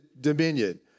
dominion